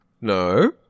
No